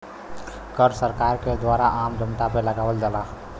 कर सरकार के द्वारा आम जनता पे लगावल जाला